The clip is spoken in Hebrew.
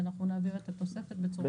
שאנחנו נעביר את התוספת בצורה מרוכזת.